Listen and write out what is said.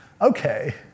okay